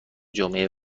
جمعه